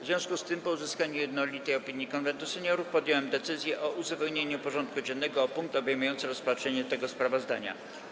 W związku z tym, po uzyskaniu jednolitej opinii Konwentu Seniorów, podjąłem decyzję o uzupełnieniu porządku dziennego o punkt obejmujący rozpatrzenie tego sprawozdania.